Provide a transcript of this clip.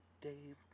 Dave